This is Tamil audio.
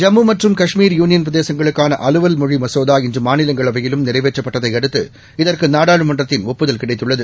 ஜம்மு மற்றும் காஷ்மீர் யூளியன் பிரதேசங்களுக்கான அலுவல் மொழி மசோதா இன்று மாநிலங்களவையிலும் நிறைவேற்றப்பட்டதை அடுத்து இதற்கு நாடாளுமன்றத்தின் ஒப்புதல் கிடைத்துள்ளது